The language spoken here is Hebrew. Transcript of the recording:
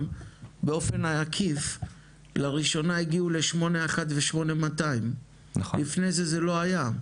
באופן עקיף לראשונה הגיעו ל-81 ו- 8200. לפני זה זה לא היה.